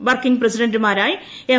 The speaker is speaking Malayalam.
വർക്കിംഗ് പ്രസിഡന്റുമാരായി എം